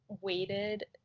waited